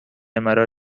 مرا